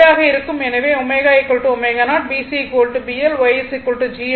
எனவே ωω0 BC BL Y G ஆகும்